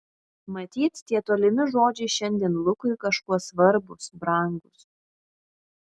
matyt tie tolimi žodžiai šiandien lukui kažkuo svarbūs brangūs